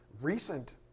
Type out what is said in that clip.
recent